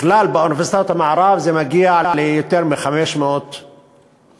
בכלל באוניברסיטאות המערב זה מגיע ליותר מ-500 אנשים.